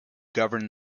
govern